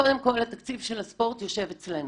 קודם כל התקציב של הספורט יושב אצלנו,